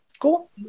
Cool